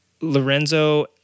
Lorenzo